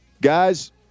Guys